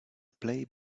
play